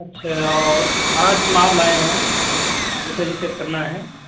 अच्छा और आज माल लाए हैं उसे भी सेट करना है